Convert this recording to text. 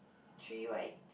three white